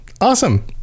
Awesome